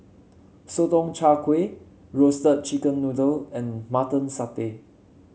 Sotong Char Kway Roasted Chicken Noodle and Mutton Satay